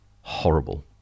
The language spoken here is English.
horrible